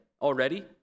already